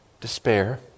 despair